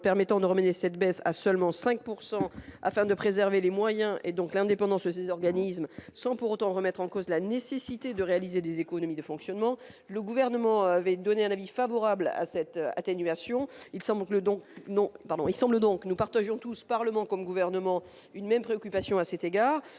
permettant de remédier cette baisse à seulement 5 pourcent afin de préserver les moyens et donc l'indépendance des organismes sans pour autant remettre en cause la nécessité de réaliser des économies de fonctionnement, le gouvernement avait donné un avis favorable à cette atténuation il semble donc non pardon, il semble donc nous partageons tous Parlement comme gouvernement une même préoccupation à cet égard,